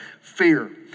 fear